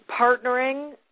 partnering